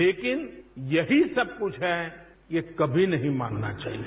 लेकिन यही सब कुछ है ये कभी नहीं मानना चाहिए